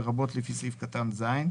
לרבות לפי סעיף קטן (ז),